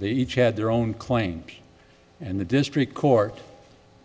the each had their own claims and the district court